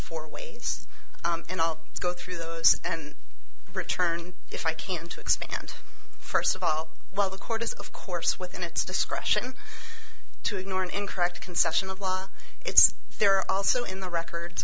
four ways and i'll go through those and return if i can to expand first of all while the court is of course within its discretion to ignore an incorrect conception of law it's there are also in the record